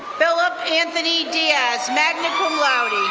phillip anthony diaz, magna cum laude.